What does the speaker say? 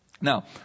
Now